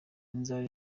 inzara